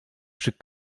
przy